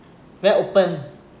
very open